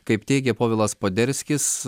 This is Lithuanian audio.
kaip teigė povilas poderskis